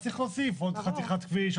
אז צריך להוסיף עוד חתיכת כביש.